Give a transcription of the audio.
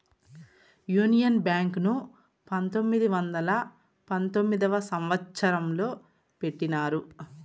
union Bank ను పంతొమ్మిది వందల పంతొమ్మిదవ సంవచ్చరంలో పెట్టినారు